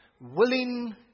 willing